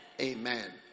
Amen